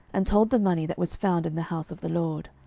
and told the money that was found in the house of the lord.